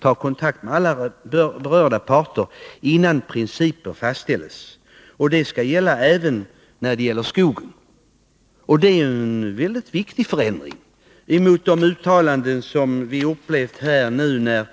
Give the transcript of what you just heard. ta kontakt med alla berörda parter innan direktiven fastställs och att detta skulle gälla även skogen. Det är en väldigt viktig förändring i jämförelse med de uttalanden som gjorts tidigare.